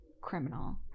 criminal